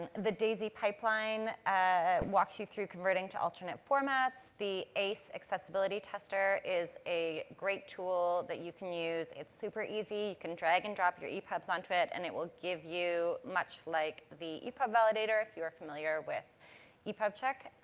the daisy pipeline ah walks you through converting to alternate formats. the ace accessibility tester is a great tool that you can use. it's super easy. you can drag and drop your epubs onto it and it will give you, much like, the epub validator, if you are familiar with epubcheck.